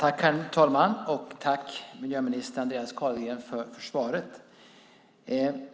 Herr talman! Jag vill tacka miljöminister Andreas Carlgren för svaret.